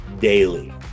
daily